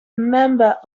member